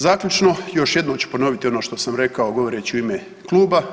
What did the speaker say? Zaključno još jednom ću ponoviti ono što sam rekao govoreći u ime Kluba.